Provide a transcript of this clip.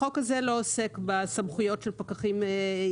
החוק הזה לא עוסק בסמכויות של פקחים עירוניים.